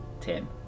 Tim